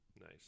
Nice